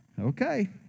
Okay